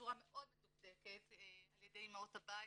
בצורה מאוד מדוקדקת על ידי אימהות הבית